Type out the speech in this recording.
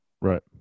Right